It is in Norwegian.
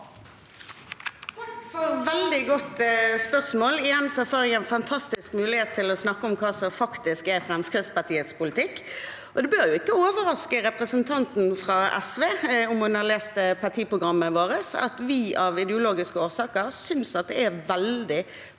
et veldig godt spørsmål. Igjen får jeg en fantastisk mulighet til å snakke om hva som faktisk er Fremskrittspartiets politikk. Det bør ikke overraske representanten fra SV, om hun har lest partiprogrammet vårt, at vi av ideologiske årsaker synes det er veldig